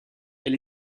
elle